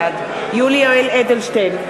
בעד יולי יואל אדלשטיין,